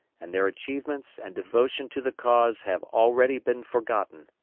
and their achievements and devotion to the cause have already been forgotten.